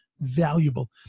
valuable